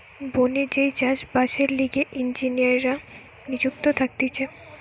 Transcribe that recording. বনে যেই চাষ বাসের লিগে ইঞ্জিনীররা নিযুক্ত থাকতিছে